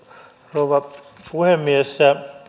rouva puhemies